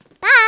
Bye